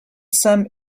some